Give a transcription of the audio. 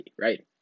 right